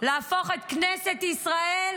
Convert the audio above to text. להפוך את כנסת ישראל